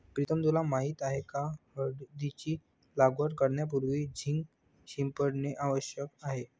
प्रीतम तुला माहित आहे का हळदीची लागवड करण्यापूर्वी झिंक शिंपडणे आवश्यक आहे